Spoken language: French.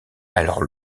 alors